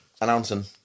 announcing